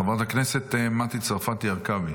חברת הכנסת מטי צרפתי הרכבי.